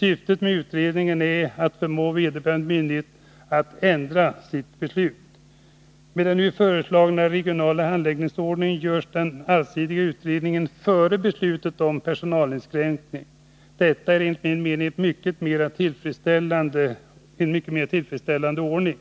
Syftet med utredningen är att förmå vederbörande myndighet att ändra sitt beslut. Med den nu föreslagna regionala handläggningsordningen görs den allsidiga utredningen före beslutet om personalinskränkning. Detta är enligt min mening en mycket mer tillfredsställande ordning.